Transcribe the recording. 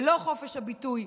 ולא את חופש הביטוי,